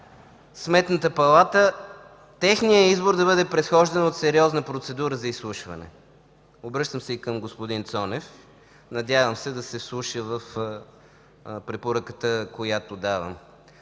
Сметната палата, техният избор да бъде предхождан от сериозна процедура за изслушване. Обръщам се и към господин Цонев. Надявам се да се вслуша в препоръката, която давам.